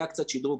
היה קצת שדרוג,